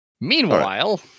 Meanwhile